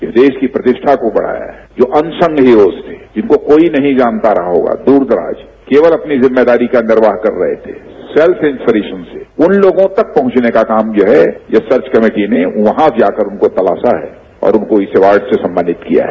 इस देश की प्रतिष्ठा को बढ़ाया है जो उनसङ्ग हीरोज थे जिनको कोई नहीं जानता रहा होगा द्रर दराज केवल अपनी जिम्मेदारी का निर्वाह कर रहे थे सेल्फइन्प्रेशन से उन लोगों तक पहुंचने का काम जो है इस सर्च कमेटी ने वहां जाकर उनको तलाश है और उनको इस अवार्ड से सम्मानित किया है